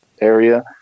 area